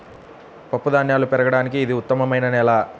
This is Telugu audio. పప్పుధాన్యాలు పెరగడానికి ఇది ఉత్తమమైన నేల